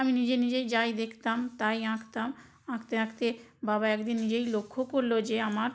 আমি নিজে নিজেই যাই দেখতাম তাই আঁকতাম আঁকতে আঁকতে বাবা একদিন নিজেই লক্ষ্য করলো যে আমার